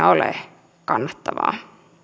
ole kannattavaa